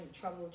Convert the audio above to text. trouble